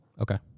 Okay